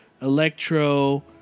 electro